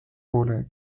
pole